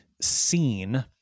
seen